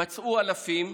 פצעו אלפים,